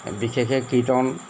বিশেষকৈ কীৰ্তন